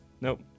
nope